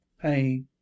Hey